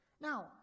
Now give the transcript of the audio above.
Now